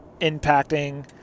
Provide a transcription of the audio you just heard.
impacting